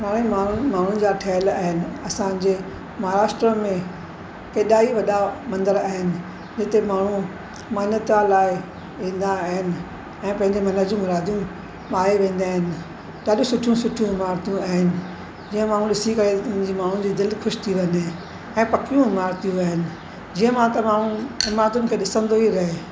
हाणे माण्हुनि माण्हुनि जा ठहियलु आहिनि असांजे महाराष्ट्र में केॾा ई वॾा मंदर आहिनि जिते माण्हू मनतु लाइ ईंदा आहिनि ऐं पंहिंजे मन जूं मुरादियूं पाए वेंदा आहिनि ॾाढियूं सुठियूं सुठियूं इमारतियूं आहिनि जीअं माण्हू ॾिसी करे उन्हनि जी माण्हुनि जी दिलि ख़ुशि थी वञे ऐं पकियूं इमारतियूं आहिनि जीअं मां त माण्हू इमारतुनि खे ॾिसंदो ई रहे